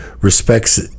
respects